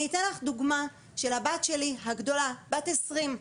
אני אתן לך דוגמה של הבת הגדולה שלי, בת 20,